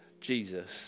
Jesus